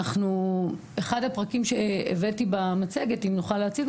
אחד הפרקים שהבאתי במצגת אם נוכל להציג